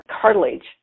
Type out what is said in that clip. cartilage